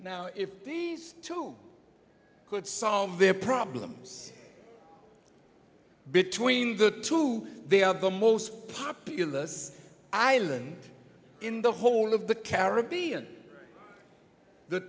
now if these two could solve their problems between the two they are the most populous island in the whole of the caribbean the